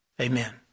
Amen